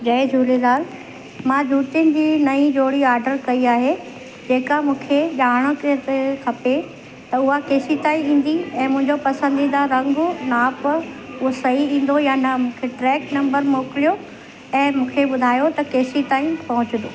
जय झूलेलाल मां जूतियुनि जी नई जोड़ी आर्डर कई आहे जेका मूंखे ॼाण खे त खपे त उहा केसि ताईं ईंदी ऐं मुंहिंजो पसंदीदा रंग नाप उहा सही ईंदो या न मूंखे ट्रैक नम्बर मोकिलियो ऐं मूंखे ॿुधायो त केसि ताईं पहुचंदो